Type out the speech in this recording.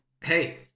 hey